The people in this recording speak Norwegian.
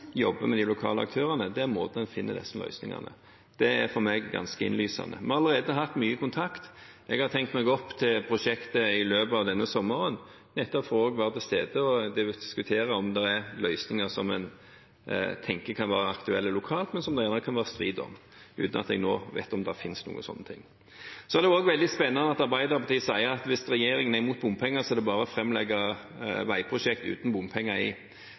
med de lokale aktørene er måten en finner disse løsningene på. Det er for meg ganske innlysende. Vi har allerede hatt mye kontakt. Jeg har tenkt meg opp for å se på prosjektet i løpet av denne sommeren, nettopp også for å være til stede og diskutere om det er løsninger som en tenker kan være aktuelle lokalt, men som det kan være strid om – uten at jeg nå vet om det finnes noe sånt. Det er også veldig spennende at Arbeiderpartiet sier at hvis regjeringen er imot bompenger, er det bare å framlegge veiprosjekter uten bompenger.